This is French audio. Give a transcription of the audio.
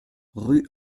rue